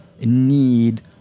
need